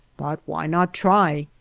but why not try?